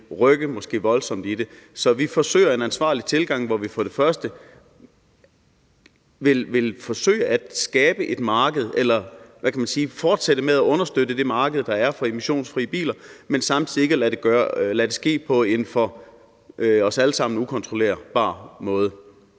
måske rykke voldsomt ved det. Så vi forsøger at have en ansvarlig tilgang, hvor vi for det første vil forsøge at skabe et marked eller, hvad kan man sige, fortsætte med at understøtte det marked, der er for emissionsfrie biler, men samtidig ikke lade det ske på en for os alle sammen ukontrollerbar måde.